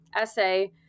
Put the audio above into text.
essay